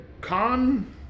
con